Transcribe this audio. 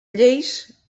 lleis